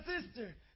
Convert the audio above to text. sister